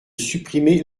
supprimer